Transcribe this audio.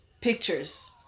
pictures